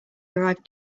arrived